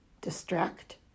distract